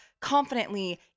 confidently